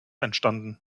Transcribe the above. entstanden